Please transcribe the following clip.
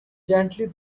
gently